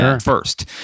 first